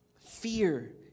fear